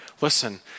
Listen